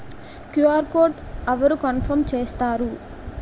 QR code అవరు confirm చేస్తారు?